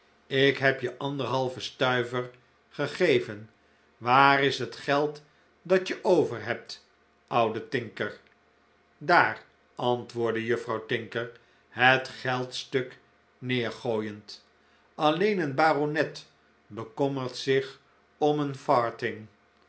ik heb je anderhalven stuiver gegeven waar is het geld dat je over hebt ouwe tinker daar antwoordde juffrouw tinker het geldstuk neergooiend alleen een baronet bekommert zich om een